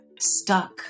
stuck